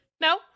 no